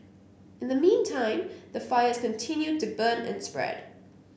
in the meantime the fires continue to burn and spread